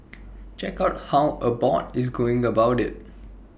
check out how Abbott is going about IT